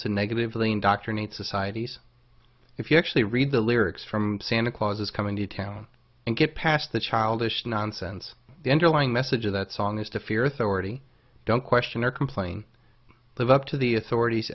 to negatively indoctrinate societies if you actually read the lyrics from santa claus is coming to town and get past that childish nonsense the underlying message of that song is to fear thor eddie don't question or complain live up to the authorities